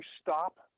stop